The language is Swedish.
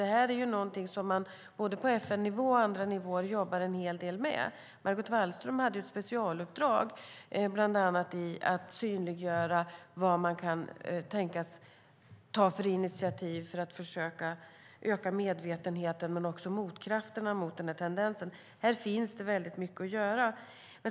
Det är någonting som man både på FN-nivå och på andra nivåer jobbar en hel del med. Margot Wallström hade ett specialuppdrag att bland annat synliggöra vad man kan tänkas ta för initiativ för att öka medvetenheten men också motkrafterna mot den här tendensen. Här finns det väldigt mycket att göra.